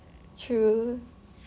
true